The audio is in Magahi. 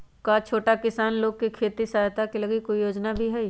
का छोटा किसान लोग के खेती सहायता के लगी कोई योजना भी हई?